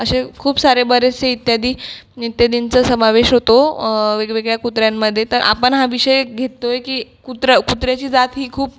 असे खूप सारे बरेचसे इत्यादी इत्यादींचा समावेश होतो वेगवेगळ्या कुत्र्यांमध्ये तर आपण हा विषय घेतोय की कुत्र कुत्र्याची जात ही खूप